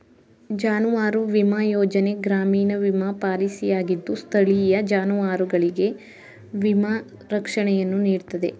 ಜಾನುವಾರು ವಿಮಾ ಯೋಜನೆ ಗ್ರಾಮೀಣ ವಿಮಾ ಪಾಲಿಸಿಯಾಗಿದ್ದು ಸ್ಥಳೀಯ ಜಾನುವಾರುಗಳಿಗೆ ವಿಮಾ ರಕ್ಷಣೆಯನ್ನು ನೀಡ್ತದೆ